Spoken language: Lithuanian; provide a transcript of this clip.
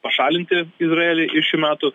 pašalinti izraelį iš šių metų